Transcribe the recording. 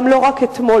גם לא רק אתמול.